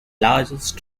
largest